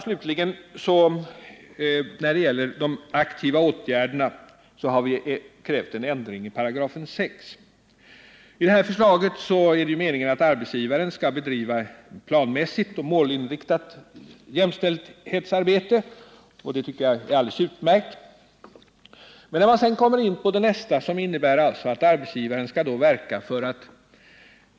Slutligen har vi beträffande de aktiva åtgärderna krävt en ändring i 6 §. Enligt förslaget är det meningen att en arbetsgivare skall bedriva ett planmässigt och målinriktat jämställdhetsarbete — och det tycker jag är alldeles utmärkt. Men sedan kommer man till nästa del i förslaget, som innebär att arbetsledare t.'ex.